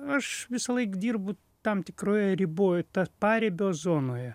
aš visąlaik dirbu tam tikroj riboj ta paribio zonoje